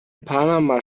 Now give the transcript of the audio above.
panama